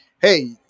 hey